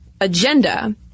agenda